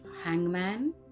hangman